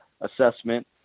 assessment